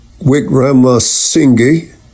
Wickramasinghe